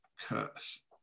curse